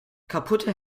kaputte